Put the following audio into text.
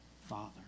Father